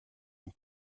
and